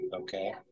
Okay